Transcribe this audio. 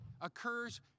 occurs